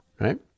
right